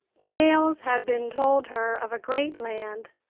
tales had been told her of a great land,